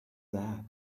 that